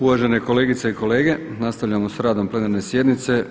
Uvažene kolegice i kolege, nastavljamo s radom plenarne sjednice.